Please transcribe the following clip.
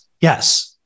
Yes